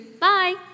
bye